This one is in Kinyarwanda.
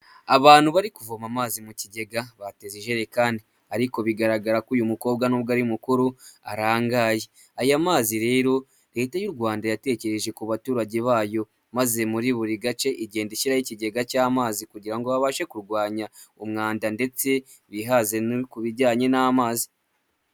Abantu bari kuvoma amazi mu kigega ba tezajerikani, ariko bigaragara ko uyu mukobwa nubwo ari mukuru arangaye. Aya mazi rero leta y'u Rwanda yatekereje ku baturage bayo maze muri buri gace igenda ishyiraho ikigega cy'amazi kugira ngo babashe kurwanya umwanda ndetse bihaze no ku bijyanye n'amazi.